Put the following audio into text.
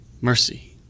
mercy